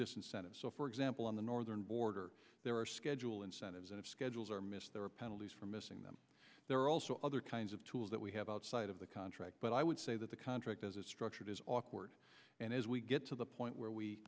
this incentive so for example on the northern border there are schedule incentives and if schedules are missed there are penalties for missing them there are also other kinds of tools that we have outside of the contract but i would say that the contract as a structured is awkward and as we get to the point where we